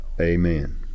Amen